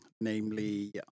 Namely